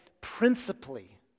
principally